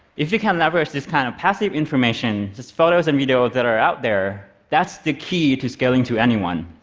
if you can leverage this kind of passive information, just photos and video that are out there, that's the key to scaling to anyone.